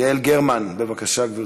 יעל גרמן, בבקשה, גברתי.